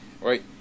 Right